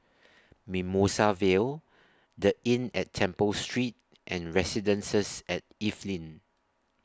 Mimosa Vale The Inn At Temple Street and Residences At Evelyn